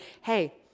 hey